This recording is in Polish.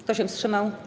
Kto się wstrzymał?